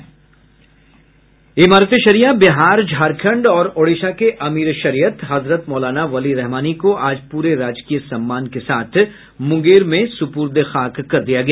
इमारत ए शरिया बिहार झारखंड और ओड़िशा के अमीर ए शरियत हजरत मौलाना वली रहमानी को आज पूरे राजकीय सम्मान के साथ मुंगेर में सुपुर्दे खाक कर दिया गया